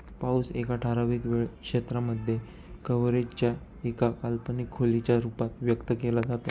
पाऊस एका ठराविक वेळ क्षेत्रांमध्ये, कव्हरेज च्या एका काल्पनिक खोलीच्या रूपात व्यक्त केला जातो